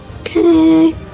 Okay